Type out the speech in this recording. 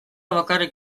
bakarrik